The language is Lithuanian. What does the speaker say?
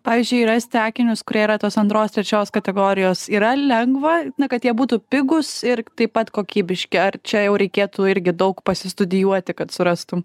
pavyzdžiui rasti akinius kurie yra tos antros trečios kategorijos yra lengva na kad jie būtų pigūs ir taip pat kokybiški ar čia jau reikėtų irgi daug pasistudijuoti kad surastum